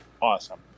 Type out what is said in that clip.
awesome